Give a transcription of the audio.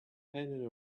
hanging